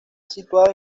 situada